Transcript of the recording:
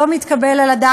הוא לא מתקבל על הדעת,